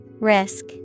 Risk